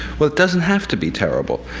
well, it doesn't have to be terrible.